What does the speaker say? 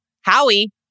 Howie